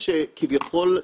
בעוד כל מיני מקומות.